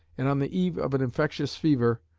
and on the eve of an infectious fever,